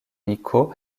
nico